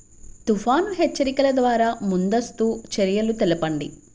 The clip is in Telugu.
తుఫాను హెచ్చరికల ద్వార ముందస్తు చర్యలు తెలపండి?